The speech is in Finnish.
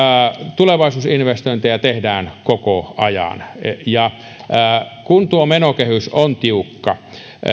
tulevaisuusinvestointeja tehdään koko ajan ja tuo menokehys on tiukka